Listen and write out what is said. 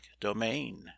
domain